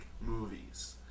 movies